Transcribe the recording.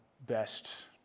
best